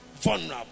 vulnerable